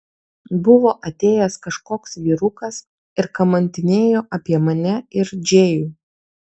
buvo atėjęs kažkoks vyrukas ir kamantinėjo apie mane ir džėjų